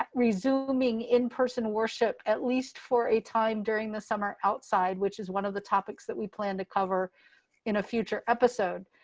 resuming in-person worship at least for a time during the summer outside, which is one of the topics that we plan to cover in a future episode.